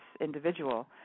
individual